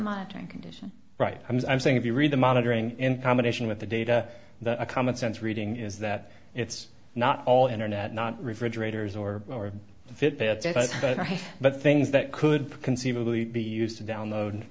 condition right i'm saying if you read the monitoring in combination with the data the common sense reading is that it's not all internet not refrigerators or fits right but things that could conceivably be used to download